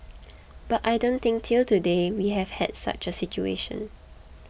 but I don't think till today we have had such a situation